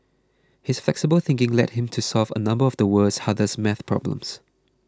his flexible thinking led him to solve a number of the world's hardest math problems